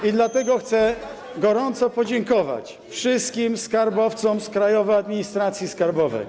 I dlatego chcę gorąco podziękować wszystkim skarbowcom z Krajowej Administracji Skarbowej.